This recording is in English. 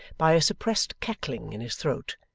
by a suppressed cackling in his throat,